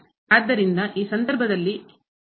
ಆದ್ದರಿಂದ ಈ ಸಂದರ್ಭದಲ್ಲಿ ಇಲ್ಲಿ ಈ ಮಿತಿ 0 ಆಗಿದೆ